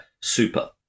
Super